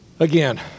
Again